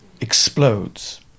explodes